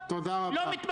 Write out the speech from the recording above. לא יכול לשאת את העלבון,